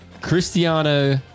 Cristiano